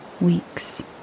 weeks